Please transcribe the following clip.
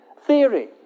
Theory